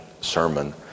sermon